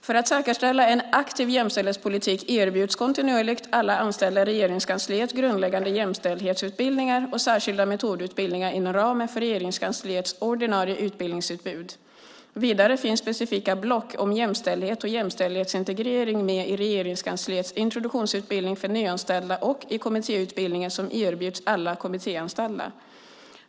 För att säkerställa en aktiv jämställdhetspolitik erbjuds kontinuerligt alla anställda i Regeringskansliet grundläggande jämställdhetsutbildningar och särskilda metodutbildningar inom ramen för Regeringskansliets ordinarie utbildningsutbud. Vidare finns specifika block om jämställdhet och jämställdhetsintegrering med i Regeringskansliets introduktionsutbildning för nyanställda och i kommittéutbildningen som erbjuds alla kommittéanställda.